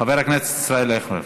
חבר הכנסת ישראל אייכלר.